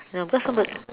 you know because somebody